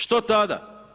Što tada?